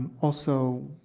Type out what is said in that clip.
also,